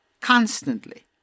constantly